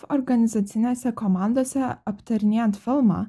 organizacinėse komandose aptarinėjant filmą